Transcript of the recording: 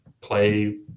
play